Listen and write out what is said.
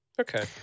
Okay